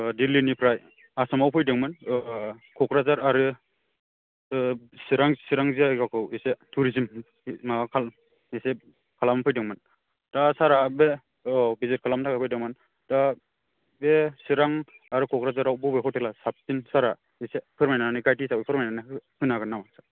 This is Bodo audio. दील्ली निफ्राइ आसामआव फैदोंमोन क'क्राझार आरो चिरां जायगाखौ एसे थुरिजिम माबा खालाम एसे खालामनो फैदोंमोन दा सारआ बे औ बिजिद खालामनो थाखाय फैदोंमोन दा बे चिरां आरो क'क्राझारआव बबे हतेला साबसिन सारआ एसे फोरमायनानै गायद हिसाबै फोरमायनानै होनो हागोन नामा सार